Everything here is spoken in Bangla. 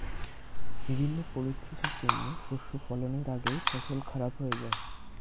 বিভিন্ন পরিস্থিতির জন্যে শস্য ফলনের আগেই ফসল খারাপ হয়ে যায়